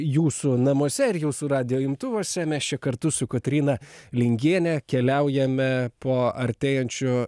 jūsų namuose ir jūsų radijo imtuvuose mes čia kartu su kotryna lingiene keliaujame po artėjančio